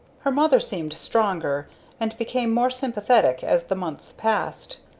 her mother seemed stronger, and became more sympathetic as the months passed.